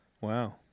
Wow